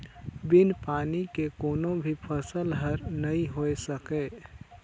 बिन पानी के कोनो भी फसल हर नइ होए सकय